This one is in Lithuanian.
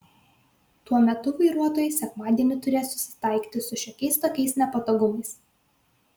tuo metu vairuotojai sekmadienį turės susitaikyti su šiokiais tokiais nepatogumais